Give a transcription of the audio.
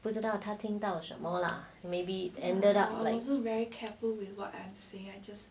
不知道他听到什么啦 maybe ended up like